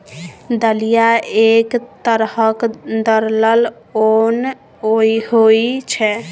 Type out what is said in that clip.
दलिया एक तरहक दरलल ओन होइ छै